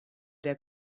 der